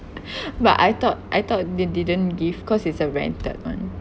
but I thought I thought they didn't give cause it's a rented [one]